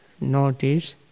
notice